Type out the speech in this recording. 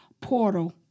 portal